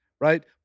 Right